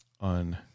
on